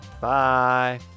Bye